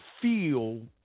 feel